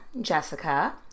Jessica